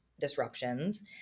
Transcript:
disruptions